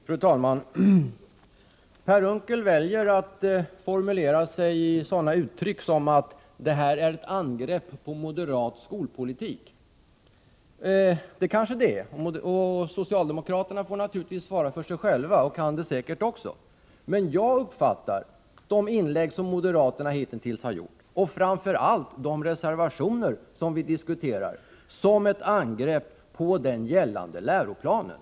Fru talman! Per Unckel väljer att formulera sig i sådana uttryck som att debatten här är ett angrepp på moderat skolpolitik. Det kanske den är. Socialdemokraterna får naturligtvis svara för sig själva — och kan säkert göra det också. Men jag uppfattar de inlägg som moderaterna hittills har gjort och, framför allt, de reservationer som vi diskuterar som ett angrepp på den gällande läroplanen.